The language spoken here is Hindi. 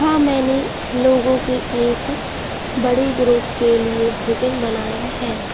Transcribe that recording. हाँ मैंने लोगों के एक बड़े ग्रुप के लिए भोजन बनाया है